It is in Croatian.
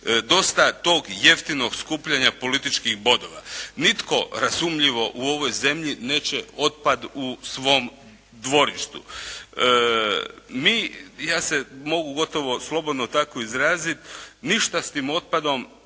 Dosta tog jeftinog skupljanja političkih bodova. Nitko razumljivo u ovoj zemlji neće otpad u svom dvorištu. Mi, ja se mogu gotovo slobodno tako izraziti, ništa s tim otpadom